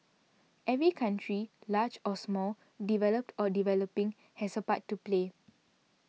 every country large or small developed or developing has a part to play